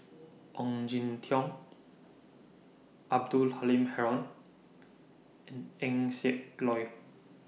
Ong Jin Teong Abdul Halim Haron and Eng Siak Loy